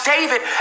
David